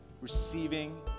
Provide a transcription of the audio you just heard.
receiving